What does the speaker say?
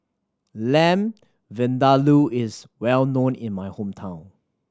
Lamb Vindaloo is well known in my hometown